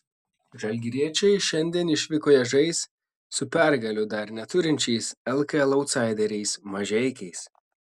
žalgiriečiai šiandien išvykoje žais su pergalių dar neturinčiais lkl autsaideriais mažeikiais